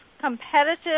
competitive